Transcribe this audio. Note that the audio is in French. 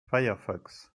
firefox